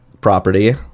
property